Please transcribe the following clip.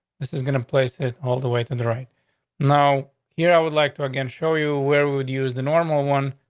this is gonna place it all the way from the right now here. i would like to again show you where would use the normal one,